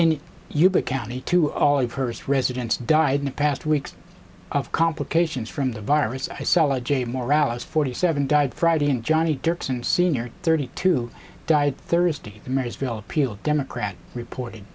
in yuba county to all of her residents died the past weeks of complications from the virus isola j morales forty seven died friday and johnny dirksen sr thirty two died thursday in marysville appeal democrat reporting